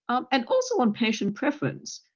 um and also on patient preference.